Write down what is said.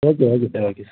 okay okay sir okay sir